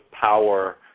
power